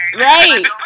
Right